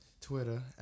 Twitter